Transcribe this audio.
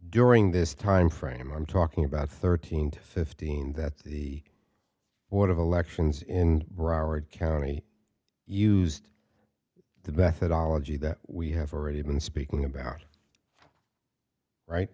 during this timeframe i'm talking about thirteen to fifteen that the board of elections in broward county used to beth and ology that we have already been speaking about right